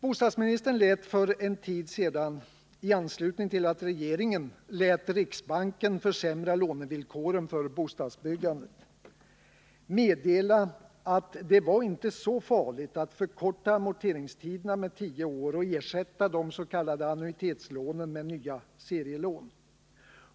Bostadsministern lät för en tid sedan — i anslutning till att regeringen lät riksbanken försämra lånevillkoren för bostadsbyggandet — meddela att det inte var så farligt att förkorta amorteringstiderna med tio år och ersätta de s.k. annuitetslånen med nya serielån.